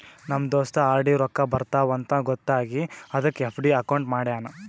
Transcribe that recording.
ನಮ್ ದೋಸ್ತ ಆರ್.ಡಿ ರೊಕ್ಕಾ ಬರ್ತಾವ ಅಂತ್ ಗೊತ್ತ ಆಗಿ ಅದಕ್ ಎಫ್.ಡಿ ಅಕೌಂಟ್ ಮಾಡ್ಯಾನ್